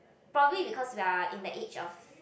probably because we are in the age of